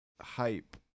hype